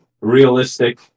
realistic